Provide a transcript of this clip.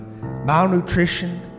malnutrition